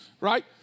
right